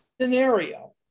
scenario